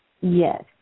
Yes